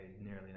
nearly